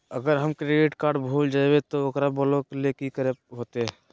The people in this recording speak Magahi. अगर हमर क्रेडिट कार्ड भूल जइबे तो ओकरा ब्लॉक लें कि करे होते?